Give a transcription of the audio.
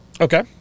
Okay